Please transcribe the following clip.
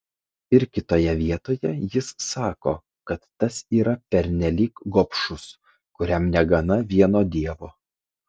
ir kitoje vietoje jis sako kad tas yra pernelyg gobšus kuriam negana vieno dievo